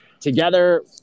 together